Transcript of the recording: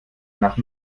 nach